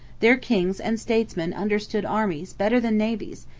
their kings and statesmen understood armies better than navies,